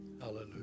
Hallelujah